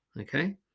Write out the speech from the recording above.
Okay